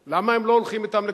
למה הם לא הולכים אתם לטירונות?